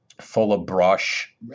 full-of-brush